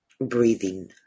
Breathing